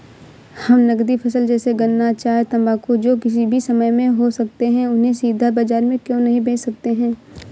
हम नगदी फसल जैसे गन्ना चाय तंबाकू जो किसी भी समय में हो सकते हैं उन्हें सीधा बाजार में क्यो नहीं बेच सकते हैं?